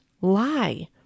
lie